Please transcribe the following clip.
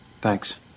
Thanks